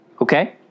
Okay